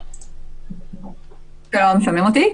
תודה רבה.